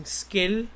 skill